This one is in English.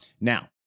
now